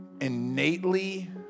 innately